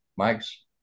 Mike's